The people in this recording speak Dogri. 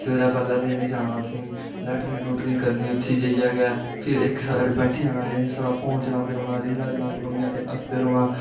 सवेरै ते पैह्लै इनैं जाना उत्थें लैंट्रिग लुट्रिंग करनी उत्थें जाईयै गै फिर इक साईड़ बैठी जाना इसै फोन चलांदे रौह्ना रीलां चलांदे रौह्ना ते हसदे रौह्ना